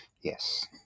yes